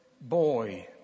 boy